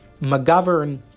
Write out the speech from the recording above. McGovern